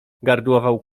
gardłował